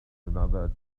another